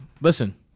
listen